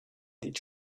did